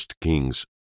Kings